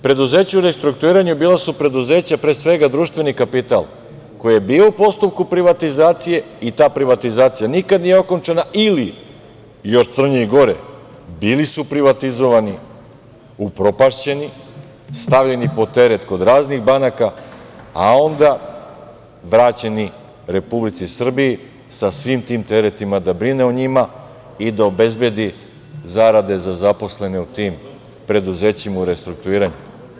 Preduzeća u restrukturiranju bila su preduzeća pre svega društvenog kapitala koji je bio u postupku privatizacije i ta privatizacija nikada nije okončana ili još crnje i gore - bili su privatizovani, upropašćeni, stavljeni pod teret kod raznih banaka, a onda vraćeni Republici Srbiji sa svim tim teretima da brine o njima i da obezbedi zarade za zaposlene u tim preduzećima u restrukturiranju.